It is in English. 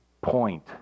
point